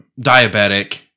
diabetic